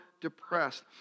depressed